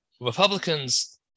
Republicans